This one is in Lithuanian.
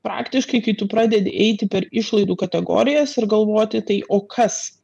praktiškai kai tu pradedi eiti per išlaidų kategorijas ir galvoti tai o kas